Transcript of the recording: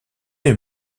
les